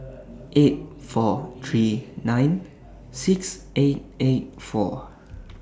eight four three nine six eight eight four